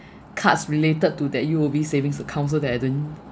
cards related to that U_O_B savings account so that I don't